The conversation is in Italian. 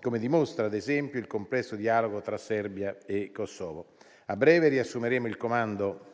come dimostra, ad esempio, il complesso dialogo tra Serbia e Kosovo. A breve riassumeremo il comando